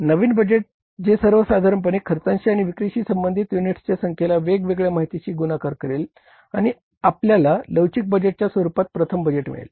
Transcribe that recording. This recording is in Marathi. नवीन बजेट जे सर्वसाधारणपणे खर्चांशी आणि विक्रीशी संबांधित युनिट्सच्या संख्येला वेगवेगळ्या माहितीशी गुणाकार करेल आणि आपल्याला लवचिक बजेटच्या स्वरूपात प्रथम बजेट मिळेल